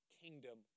kingdom